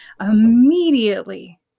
immediately